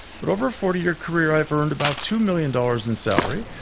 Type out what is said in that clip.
but over a forty-year career i have earned about two million dollars in salary,